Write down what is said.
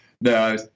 No